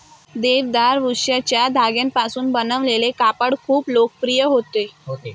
देवदार वृक्षाच्या धाग्यांपासून बनवलेले कापड खूप लोकप्रिय होते